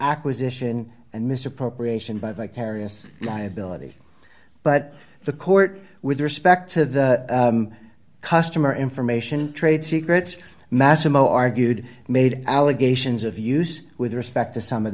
acquisition and misappropriation by vicarious liability but the court with respect to the customer information trade secrets massimo argued made allegations of use with respect to some of